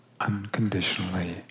unconditionally